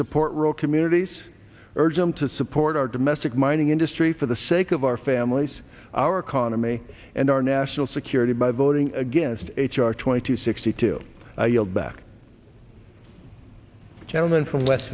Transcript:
support rural communities urge them to support our domestic mining industry for the sake of our families our economy and our national security by voting against h r twenty two sixty two i yield back gentleman from west